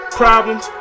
problems